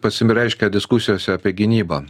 pasireiškia diskusijose apie gynybą